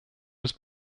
was